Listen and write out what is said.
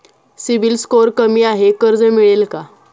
CIBIL score कमी आहे कर्ज मिळेल का?